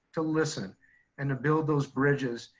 to listen and to build those bridges.